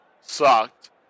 sucked